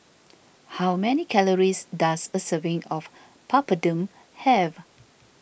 how many calories does a serving of Papadum have